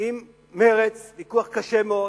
עם מרצ, ויכוח קשה מאוד.